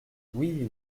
oui